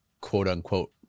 quote-unquote